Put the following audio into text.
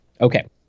Okay